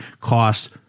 costs